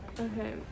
Okay